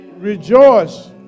rejoice